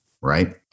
right